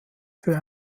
für